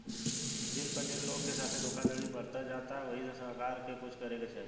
दिन प दिन लोग के साथे धोखधड़ी बढ़ते जाता ओहि से सरकार के कुछ करे के चाही